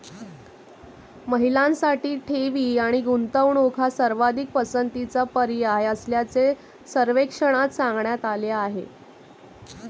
महिलांसाठी ठेवी आणि गुंतवणूक हा सर्वाधिक पसंतीचा पर्याय असल्याचे सर्वेक्षणात सांगण्यात आले आहे